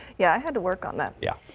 yeah i had to work on that yeah.